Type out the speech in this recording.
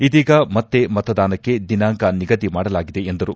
ಇದೀಗ ಮತ್ತೆ ಮತದಾನಕ್ಕೆ ದಿನಾಂಕ ನಿಗದಿ ಮಾಡಲಾಗಿದೆ ಎಂದರು